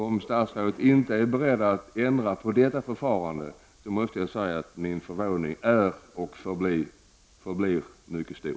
Om statsrådet inte är beredd att ändra på detta förhållande, måste jag säga att min förvåning inte bara är mycket stor utan också kommer att förbli mycket stor.